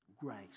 grace